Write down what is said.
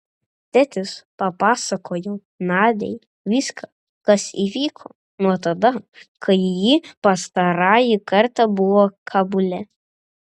tėtis papasakojo nadiai viską kas įvyko nuo tada kai ji pastarąjį kartą buvo kabule